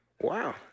Wow